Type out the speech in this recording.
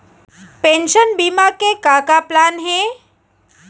Pension बीमा के का का प्लान हे?